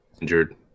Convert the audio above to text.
injured